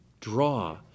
draw